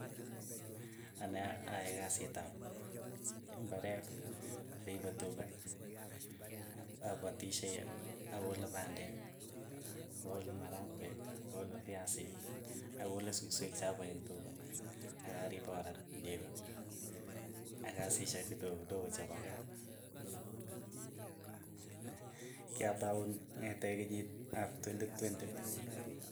Anee ayae kasii ap mbaret, aripe tuka, apatishei, akole pandek, akole marakwek, akole fiasiik, akole susweek cha paeen tuka ak aripe kora neko, ak kasishek kidogo chepa kaa, kyatou kong'etee kenyit ap twenti twenti.